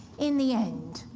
in the end,